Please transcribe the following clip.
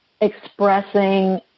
expressing